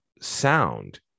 sound